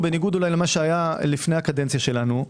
בניגוד למה שהיה לפני הקדנציה שלנו,